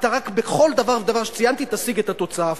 אתה רק בכל דבר ודבר שציינתי תשיג את התוצאה ההפוכה.